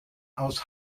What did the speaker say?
aus